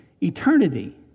eternity